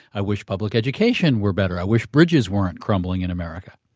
i wish public education were better. i wish bridges weren't crumbling in america.